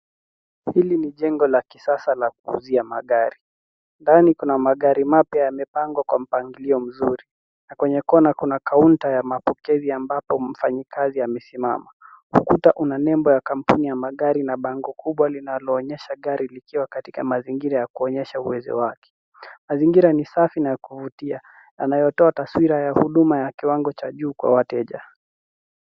Hili ni jengo la kisasa la kuuzia magari. Ndani kuna magari mapya yamepangwa kwa mpangilio mzuri na kwenye kona kuna kaunta ya mapokezi ambapo mfanyikazi amesimama. Ukuta una nembo ya kampuni ya magari na bango kubwa linaloonyesha gari likiwa katika mazingira ya kuonyesha uwezo wake. Mazingira ni safi na ya kuvutia yanayotoa taswira ya huduma ya kiwango cha juu kwa wateja.